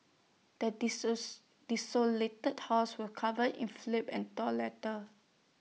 the desolated house was covered in flip and torn letters